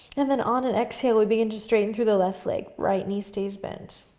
and then on an exhale, we begin to straighten through the left leg, right knee stays bent.